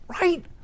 Right